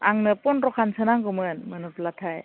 आंनो फन्द्र'खानसो नांगौमोन मोनोब्लाथाय